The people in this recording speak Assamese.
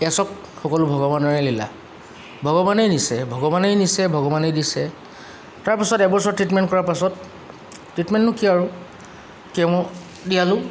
এয়া চব সকলো ভগৱানৰে লীলা ভগৱানেই নিছে ভগৱানেই নিছে ভগৱানেই দিছে তাৰপিছত এবছৰ ট্ৰিটমেণ্ট কৰা পাছত ট্ৰিটমেণ্টনো কি আৰু কেম দিয়ালোঁ